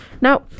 now